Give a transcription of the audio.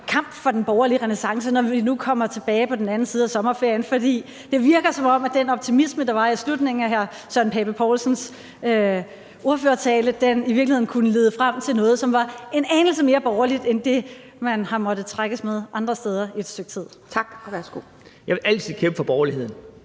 kamp for den borgerlige renæssance, når vi nu kommer tilbage på den anden side sommerferien. For det virker, som om den optimisme, der var i slutningen af hr. Søren Pape Poulsens ordførertale, i virkeligheden kunne lede frem til noget, som var en anelse mere borgerligt end det, man har måttet trækkes med andre steder i et stykke tid. Kl. 16:37 Anden næstformand